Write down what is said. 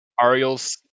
Ariel's